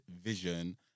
vision